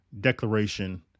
declaration